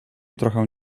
trochę